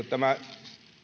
tämä